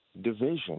division